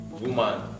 Woman